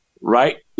right